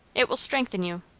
it will strengthen you.